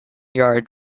yard